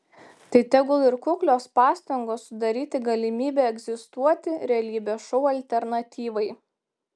tai tegul ir kuklios pastangos sudaryti galimybę egzistuoti realybės šou alternatyvai